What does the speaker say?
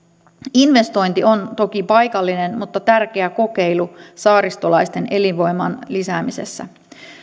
investointi on toki paikallinen mutta tärkeä kokeilu saaristolaisten elinvoiman lisäämisessä